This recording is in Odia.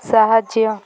ସାହାଯ୍ୟ